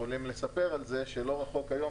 שיכולים לספר על זה שלא רחוק היום